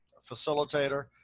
facilitator